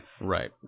Right